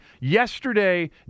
Yesterday